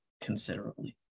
considerably